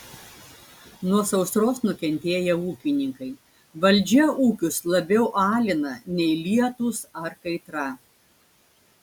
nuo sausros nukentėję ūkininkai valdžia ūkius labiau alina nei lietūs ar kaitra